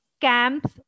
camps